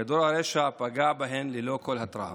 כדור הרשע פגע בהן ללא כל התראה.